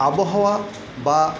আবহাওয়া বা